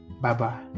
Bye-bye